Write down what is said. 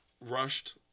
rushed